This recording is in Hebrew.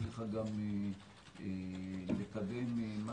והצליחה גם לקדם בהיקף גדול חקיקה,